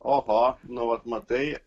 oho nu vat matai